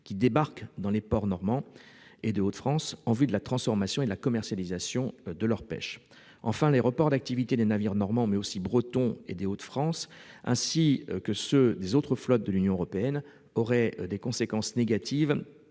qui débarquent dans les ports normands et de la région des Hauts-de-France pour faire transformer et commercialiser leur pêche. Enfin, les reports d'activité des navires normands, mais aussi bretons et des Hauts-de-France, ainsi que ceux des autres flottes de l'Union européenne auraient des conséquences négatives